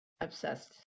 obsessed